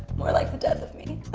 more like the death of me.